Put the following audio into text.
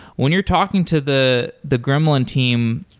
when you're talking to the the gremlin team,